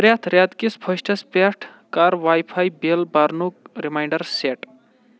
پرٛٮ۪تھ رٮ۪تہٕ کِس فٔسٹَس پٮ۪ٹھ کَر واے فاے بِل بَرنُک ریمانٛڈر سیٹ